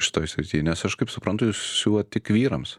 šitoj srity nes aš kaip suprantu jūs siuvat tik vyrams